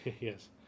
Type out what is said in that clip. Yes